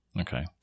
Okay